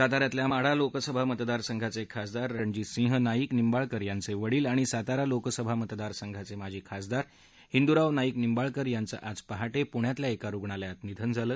साताऱ्यातल्या माढा लोकसभा मतदारसंघाचे खासदार रणजितसिंह नाईक निंबाळकर यांचे वडील आणि सातारा लोकसभा मतदारसंघाचे माजी खासदार हिंदुराव नाईक निबाळकर यांचं आज पहाटे पुण्यातल्या एका रुग्णालयात निधन झालं